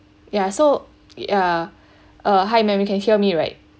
ya so ya uh hi ma'am you can hear me right